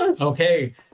Okay